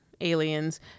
Aliens